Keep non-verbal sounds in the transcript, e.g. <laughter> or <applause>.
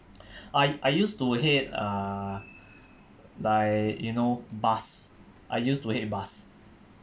<breath> I I used to hate uh like you know bus I used to hate bus